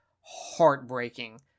heartbreaking